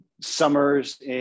summers